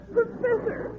Professor